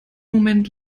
moment